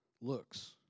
looks